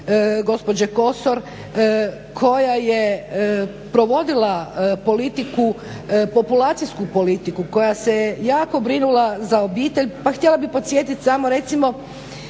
gospođe Kosor koja je provodila politiku, populacijsku politiku koja se jako brinula za obitelj. Pa htjela bih podsjetiti samo recimo